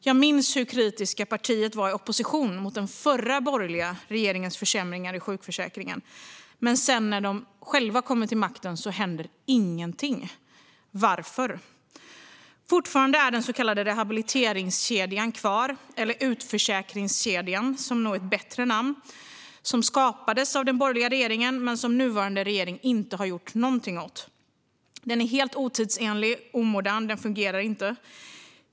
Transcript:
Jag minns hur kritiskt partiet var i opposition mot den förra borgerliga regeringens försämringar i sjukförsäkringen. Men sedan när de själva kommer till makten händer ingenting. Varför? Fortfarande är den så kallade rehabiliteringskedjan kvar - eller utförsäkringskedjan, som nog är ett bättre namn. Den skapades av den borgerliga regeringen, men nuvarande regering har inte gjort någonting åt den. Den är helt otidsenlig och omodern och fungerar inte.